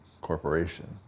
corporation